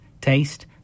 taste